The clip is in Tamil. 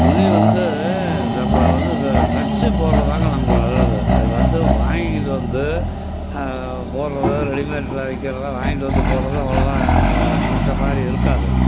துணி வந்து நம்ம வந்து அதை தைச்சு போடுறது தாங்க நமக்கு நல்லது அது வந்து வாங்கிட்டு வந்து அதை போடுறது ரெடிமேட்டில் விற்கிறத வாங்கிட்டு வந்து போடுறது அவ்வளோவா பிடிச்ச மாதிரி இருக்காது